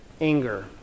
anger